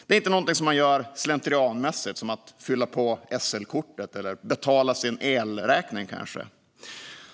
Det är inte något som man gör slentrianmässigt, som att fylla på SL-kortet eller kanske betala sin elräkning.